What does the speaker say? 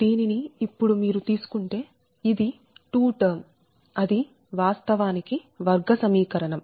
దీనిని ఇప్పుడు మీరు తీసుకుంటే ఇది 2 టర్మ్ అది వాస్తవానికి వర్గ సమీకరణం